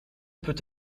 peut